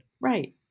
Right